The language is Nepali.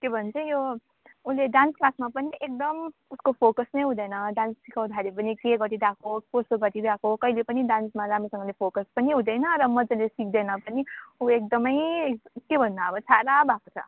के भन्छ यो उसले डान्स क्लासमा पनि एकदम उसको फोकस नै हुँदैन डान्स सिकाउँदाखेरि पनि के गरिरहेको कसो गरिरहेको कहिले पनि डान्समा राम्रोसँगले फोकस पनि हुँदैन र मज्जाले सिक्दैन पनि उ एकदमै के भन्नु अब छाडा भएको छ